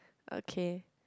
okay